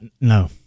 no